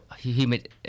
humid